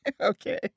Okay